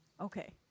Okay